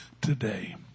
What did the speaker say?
today